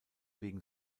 wegen